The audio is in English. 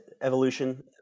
evolution